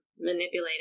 manipulated